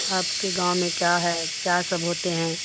آپ کے گاؤں میں کیا ہے کیا سب ہوتے ہیں